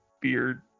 beard